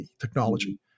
technology